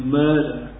murder